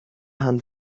hand